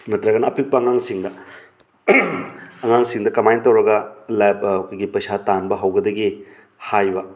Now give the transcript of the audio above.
ꯅꯠꯇ꯭ꯔꯒꯅ ꯑꯄꯤꯛꯄ ꯑꯉꯥꯡꯁꯤꯡꯗ ꯑꯉꯥꯡꯁꯤꯡꯗ ꯀꯃꯥꯏꯅ ꯇꯧꯔꯒ ꯂꯥꯏꯐ ꯑꯩꯈꯣꯏꯒꯤ ꯄꯩꯁꯥ ꯇꯥꯟꯕ ꯍꯧꯒꯗꯒꯦ ꯍꯥꯏꯕ